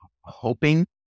hoping